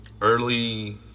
early